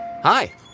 Hi